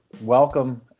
Welcome